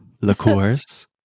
liqueurs